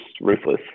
ruthless